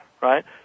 right